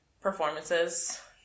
performances